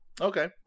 Okay